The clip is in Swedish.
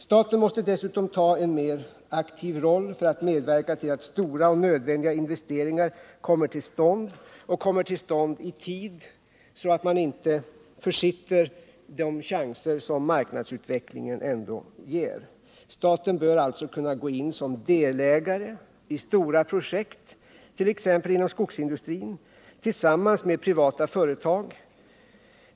Staten måste dessutom spela en mer aktiv roll för att medverka till att stora och nödvändiga investeringar kommer till stånd i tid så att man inte försitter de chanser marknadsutvecklingen ändå ger. Staten bör alltså kunna gå in som delägare i stora projekt, t.ex. inom skogsindustrin, tillsammans med privata företag.